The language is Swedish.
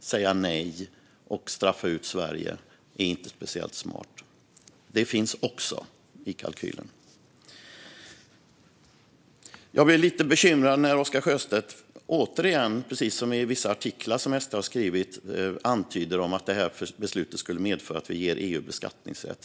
säga nej och straffa ut Sverige är inte speciellt smart. Detta finns också i kalkylen. Jag blir lite bekymrad när Oscar Sjöstedt återigen, precis som i vissa artiklar som SD har skrivit, antyder att detta beslut skulle medföra att vi ger EU beskattningsrätt.